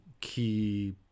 key